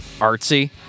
artsy